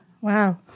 Wow